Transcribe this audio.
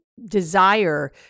desire